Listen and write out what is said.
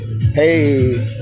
hey